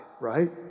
right